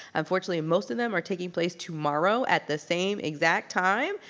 unfortunately most of them are taking place tomorrow at the same exact time.